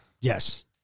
Yes